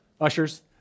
ushers